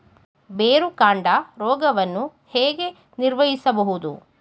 ಬೇರುಕಾಂಡ ರೋಗವನ್ನು ಹೇಗೆ ನಿರ್ವಹಿಸಬಹುದು?